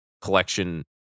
collection